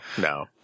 no